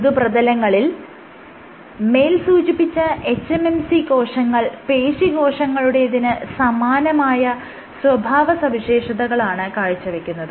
മൃദുപ്രതലങ്ങളിൽ മേൽ സൂചിപ്പിച്ച hMSC കോശങ്ങൾ പേശീകോശങ്ങളുടേതിന് സമാനമായ സ്വഭാവസവിശേഷതകളാണ് കാഴ്ചവെക്കുന്നത്